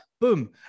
Boom